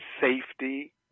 safety